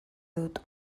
dut